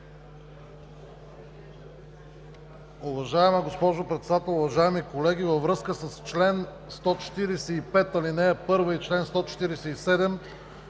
Уважаема госпожо Председател, уважаеми колеги! Във връзка с чл. 145, ал. 1 и чл. 147,